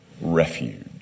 Refuge